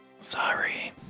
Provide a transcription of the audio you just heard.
Sorry